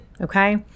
okay